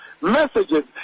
messages